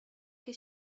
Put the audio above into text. che